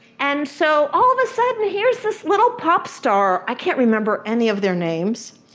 and so all of a sudden here's this little pop star. i can't remember any of their names.